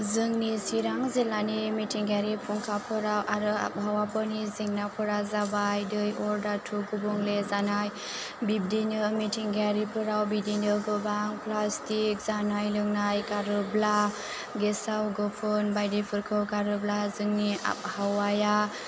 जोंनि चिरां जिल्लानि मिथिंगायारि फुंखाफोराव आरो आबहावाफोरनि जेंनाफोरा जाबाय दै अर दातु गुबुंले जानाय बिबदिनो मिथिंगायारिफोराव बिदिनो गोबां प्लाष्टिक जानाय लोंनाय गारोब्ला गेसाव गोफोन बायदिफोरखौ गारोब्ला जोंनि आबहावाया